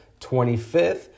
25th